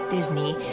Disney